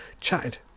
chatted